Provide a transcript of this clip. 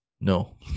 no